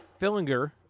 Fillinger